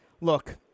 Look